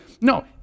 No